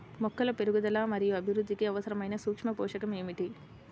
మొక్కల పెరుగుదల మరియు అభివృద్ధికి అవసరమైన సూక్ష్మ పోషకం ఏమిటి?